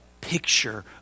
picture